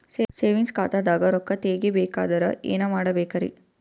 Savings ಖಾತಾದಾಗ ರೊಕ್ಕ ತೇಗಿ ಬೇಕಾದರ ಏನ ಮಾಡಬೇಕರಿ?